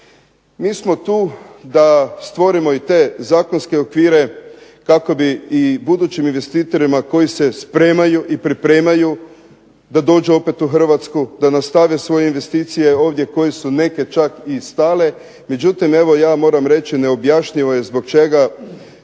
Mi smo tu da stvorimo i te zakonske okvire kako bi i budućim investitorima koji se spremaju i pripremaju da dođu opet u Hrvatsku, da nastave svoje investicije ovdje koje su neke čak i stale. Međutim, evo ja moram reći neobjašnjivo je zbog čega